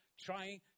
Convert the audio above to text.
trying